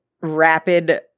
rapid